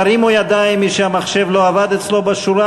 תרימו ידיים, מי שהמחשב לא עבד אצלו בשורה.